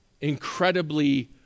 incredibly